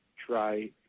try